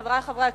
חברי חברי הכנסת,